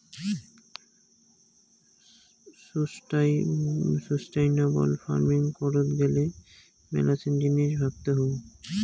sustainable farming করত গ্যালে মেলাছেন জিনিস ভাবতে হউ